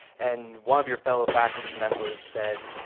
and one of your fellow faculty members said,